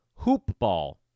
hoopball